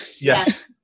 Yes